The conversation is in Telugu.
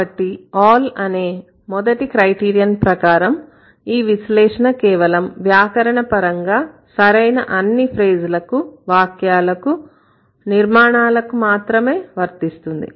కాబట్టి all అనే మొదటి క్రైటీరియన్ ప్రకారం ఈ విశ్లేషణ కేవలం వ్యాకరణ వ్యాకరణపరంగా సరైన అన్ని ఫ్రేజ్ లకు వాక్యాలకు నిర్మాణాలకు మాత్రమే వర్తిస్తుంది